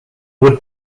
would